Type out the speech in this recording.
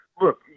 look